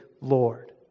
Lord